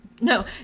No